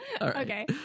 Okay